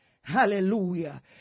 Hallelujah